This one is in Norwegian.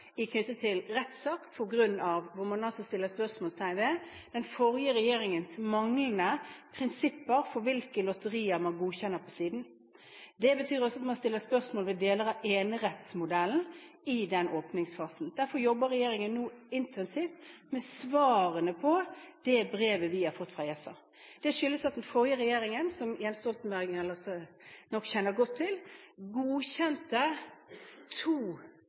i tilknytning til en rettssak hvor man setter spørsmålstegn ved den forrige regjeringens manglende prinsipper for hvilke lotterier man godkjenner på siden. Det betyr også at man stiller spørsmål ved deler av enerettsmodellen i denne åpningsfasen. Derfor jobber regjeringen nå intensivt med svarene på det brevet vi har fått fra ESA. Det skyldes at den forrige regjeringen, som Jens Stoltenberg kjenner godt til, godkjente